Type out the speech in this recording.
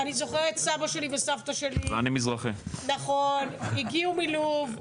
אני זוכרת את סבא שלי וסבתא שלי, הגיעו מלוב.